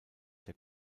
der